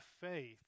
faith